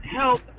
help